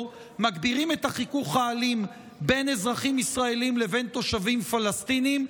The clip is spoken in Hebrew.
ומגבירים את החיכוך האלים בין אזרחים ישראלים לבין תושבים פלסטינים,